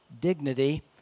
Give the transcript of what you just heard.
dignity